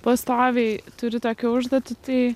pastoviai turi tokią užduotį tai